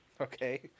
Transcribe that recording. Okay